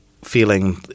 feeling